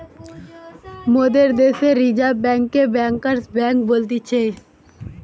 মোদের দ্যাশে রিজার্ভ বেঙ্ককে ব্যাঙ্কার্স বেঙ্ক বলতিছে